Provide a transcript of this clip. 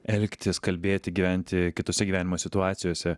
elgtis kalbėti gyventi kitose gyvenimo situacijose